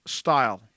style